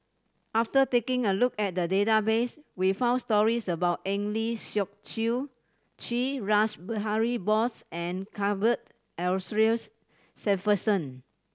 after taking a look at the database we found stories about Eng Lee Seok Chee Rash Behari Bose and Cuthbert Aloysius Shepherdson